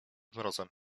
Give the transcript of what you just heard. mrozem